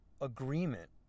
agreement